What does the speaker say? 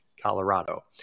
Colorado